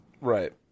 right